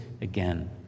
again